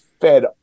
fed